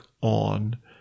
on